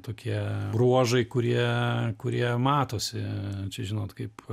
tokie bruožai kurie kurie matosi čia žinot kaip